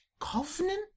Covenant